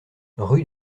rue